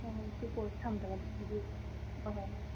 ꯍꯣꯏ ꯍꯣꯏ ꯁꯤ ꯀꯣꯜꯁꯦ ꯊꯝꯖꯔꯒꯦ ꯑꯗꯨꯗꯤ ꯍꯣꯏ ꯍꯣꯏ ꯍꯣꯏ